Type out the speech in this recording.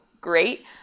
Great